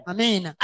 Amen